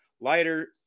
lighter